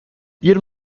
ihrem